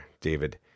David